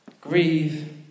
Grieve